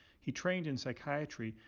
he trained in psychiatry,